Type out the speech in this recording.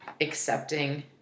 accepting